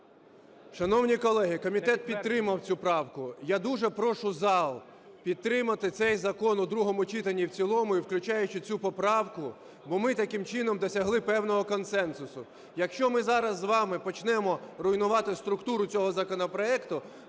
Шановні колеги, комітет підтримав цю правку. Я дуже прошу зал підтримати цей закон в другому читанні і в цілому, і включаючи цю поправку, бо ми таким чином досягли певного консенсусу. Якщо ми зараз з вами почнемо руйнувати структуру цього законопроекту,